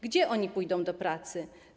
Gdzie oni pójdą do pracy?